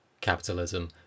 capitalism